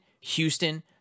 houston